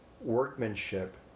workmanship